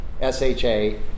s-h-a